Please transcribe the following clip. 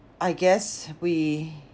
I guess we